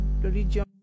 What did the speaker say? religion